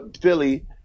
Philly